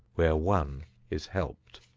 where one is helped.